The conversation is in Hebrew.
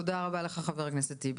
תודה רבה לך, חבר הכנסת טיבי.